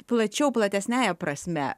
plačiau platesniąja prasme